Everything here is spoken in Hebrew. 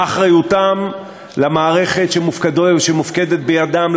מה אחריותם למערכת שמופקדת בידם,